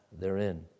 therein